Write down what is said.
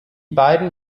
beiden